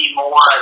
more